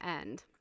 end